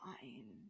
fine